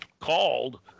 called